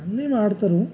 అన్నీ వాడతారు